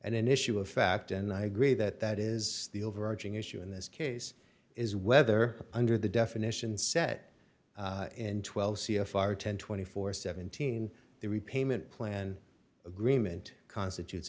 an issue of fact and i agree that that is the overarching issue in this case is whether under the definition set in twelve c f r ten twenty four seventeen the repayment plan agreement constitutes